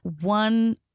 one